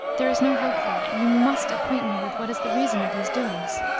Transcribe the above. there is no help for it ye must acquaint me with what is the reason of these doings.